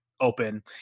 open